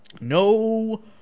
No